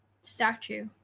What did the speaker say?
statue